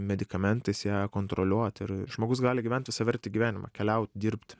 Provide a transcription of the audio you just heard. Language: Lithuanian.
medikamentais ją kontroliuot ir žmogus gali gyvent visavertį gyvenimą keliaut dirbt